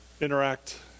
interact